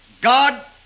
God